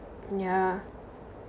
yeah